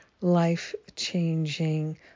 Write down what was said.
life-changing